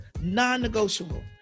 non-negotiable